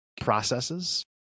processes